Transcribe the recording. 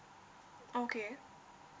okay